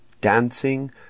dancing